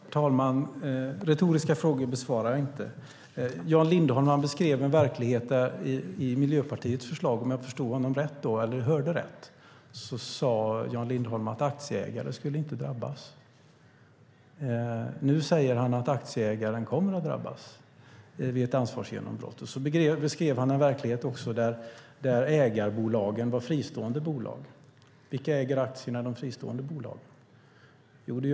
Herr talman! Retoriska frågor besvarar jag inte. Jan Lindholm beskrev en verklighet i Miljöpartiets förslag. Om jag hörde rätt sade Jan Lindholm att aktieägare inte skulle drabbas. Nu säger han att aktieägaren kommer att drabbas vid ett ansvarsgenombrott. Han beskrev också en verklighet där ägarbolagen var fristående bolag. Vilka äger aktierna i de fristående bolagen?